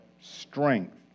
strength